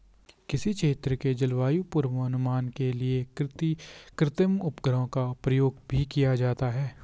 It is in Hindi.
किसी क्षेत्र के जलवायु पूर्वानुमान के लिए कृत्रिम उपग्रहों का प्रयोग भी किया जाता है